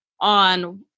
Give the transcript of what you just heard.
on